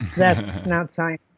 that's not science.